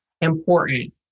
important